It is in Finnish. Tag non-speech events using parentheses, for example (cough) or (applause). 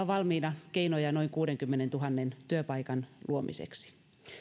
(unintelligible) valmiina keinoja noin kuudenkymmenentuhannen työpaikan luomiseksi